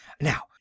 now